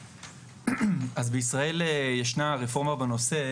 בישראל ישנה הרפורמה בנושא,